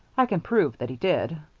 i can prove that he did.